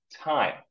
time